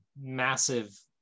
massive